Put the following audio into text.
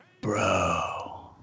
Bro